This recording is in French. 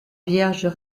vierges